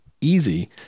easy